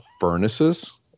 furnaces